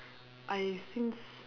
I since